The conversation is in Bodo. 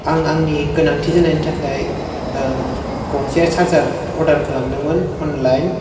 आं आंनि गोनांथि जानायनि थाखाय गंसे सार्जार अर्दार खालामदोंमोन अनलाइन